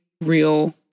real